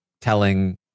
telling